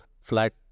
flat